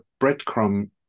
breadcrumb